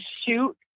shoot